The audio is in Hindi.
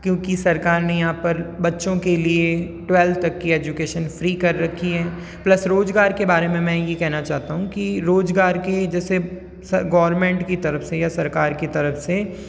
क्योंकि सरकार ने यहाँ पर बच्चों के लिए ट्वैल्व तक की एजुकेशन फ़्री कर रखी है प्लस रोज़गार के बारे में मैं ये कहना चाहता हूँ कि रोज़गार के जैसे सर् गवर्नमेंट की तरफ़ से या सरकार की तरफ़ से